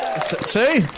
See